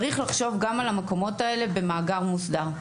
צריך לחשוב גם על המקומות האלה במאגר מוסדר,